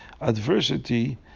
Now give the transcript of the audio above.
adversity